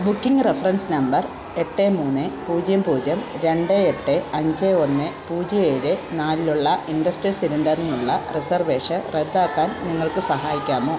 booking reference number എട്ട് മൂന്ന് പൂജ്യം പൂജ്യം രണ്ട് എട്ട് അഞ്ച് ഒന്ന് പൂജ്യം ഏഴ് നാലിലുള്ള ഇൻഡസ്ട്രിയൽ സിലിണ്ടറിനുള്ള റിസർവേഷൻ റദ്ദാക്കാൻ നിങ്ങൾക്ക് സഹായിക്കാമോ